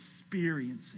experiencing